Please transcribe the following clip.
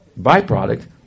byproduct